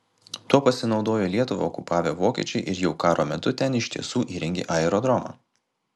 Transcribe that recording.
tuo pasinaudojo lietuvą okupavę vokiečiai ir jau karo metu ten iš tiesų įrengė aerodromą